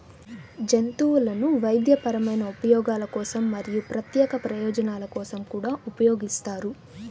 జంతువులను వైద్యపరమైన ఉపయోగాల కోసం మరియు ప్రత్యేక ప్రయోజనాల కోసం కూడా ఉపయోగిస్తారు